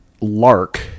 lark